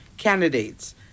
candidates